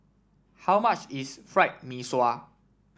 how much is Fried Mee Sua